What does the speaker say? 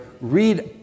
read